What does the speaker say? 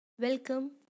Welcome